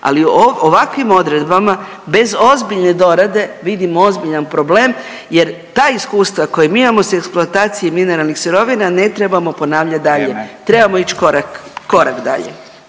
ali ovakvim odredbama bez ozbiljne dorade vidim ozbiljan problem jer ta iskustava koja mi imamo s eksploatacijom mineralnih sirovina ne trebamo ponavljat dalje. …/Upadica: